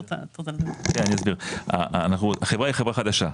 אני אסביר, אנחנו החברה היא חברה חדשה,